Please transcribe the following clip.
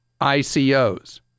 ICOs